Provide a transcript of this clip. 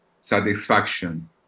Satisfaction